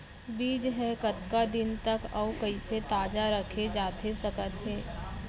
बीज ह कतका दिन तक अऊ कइसे ताजा रखे जाथे सकत हे?